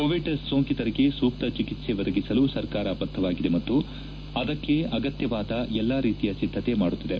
Covid ಸೋಂಕಿತರಿಗೆ ಸೂಕ್ತ ಚಿಕಿತ್ಸೆ ಒದಗಿಸಲು ಸರ್ಕಾರ ಬದ್ಧವಾಗಿದೆ ಮತ್ತು ಅದಕ್ಕೆ ಅಗತ್ಯವಾದ ಎಲ್ಲಾ ರೀತಿಯ ಸಿಧ್ಧತೆ ಮಾಡುತ್ತಿದೆ